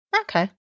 Okay